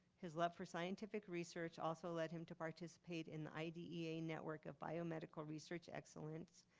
his love for scientific research also led him to participate in the idea network of biomedical research excellence,